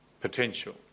potential